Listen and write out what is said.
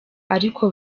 ariko